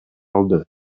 алды